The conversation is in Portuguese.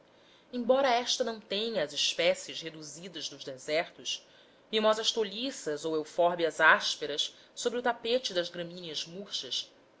embora esta não tenha as espécies reduzidas dos desertos mimosas tolhiças ou eufórbias ásperas sobre o tapete das gramíneas murchas